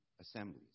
assemblies